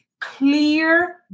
clear